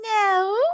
No